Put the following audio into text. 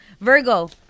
Virgo